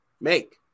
make